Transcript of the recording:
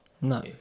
No